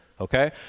okay